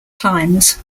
times